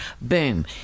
boom